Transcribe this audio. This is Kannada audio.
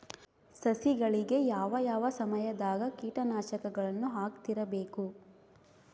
ಸಸಿಗಳಿಗೆ ಯಾವ ಯಾವ ಸಮಯದಾಗ ಕೇಟನಾಶಕಗಳನ್ನು ಹಾಕ್ತಿರಬೇಕು?